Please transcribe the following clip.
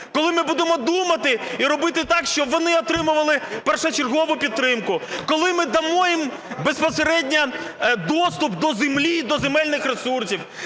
Коли ми будемо думати і робити так, щоб вони отримували першочергову підтримку? Коли ми дамо їм безпосередньо доступ до землі і до земельних ресурсів?